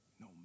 no